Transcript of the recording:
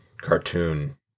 cartoon